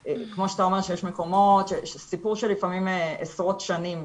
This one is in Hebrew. כמו שאתה אומר שיש מקומות של סיפור של עשרות שנים לפעמים,